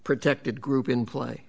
protected group in play